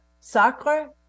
Sacre